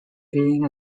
being